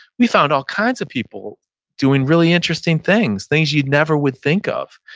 we found all kinds of people doing really interesting things. things you'd never would think of.